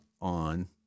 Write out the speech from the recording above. on